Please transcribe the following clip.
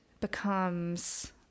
becomes